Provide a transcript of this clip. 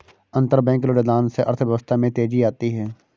अंतरबैंक ऋणदान से अर्थव्यवस्था में तेजी आती है